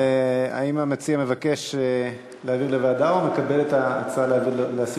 האם המציע מבקש להעביר לוועדה,